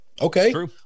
Okay